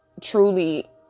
truly